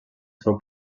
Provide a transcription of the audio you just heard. seu